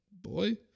boy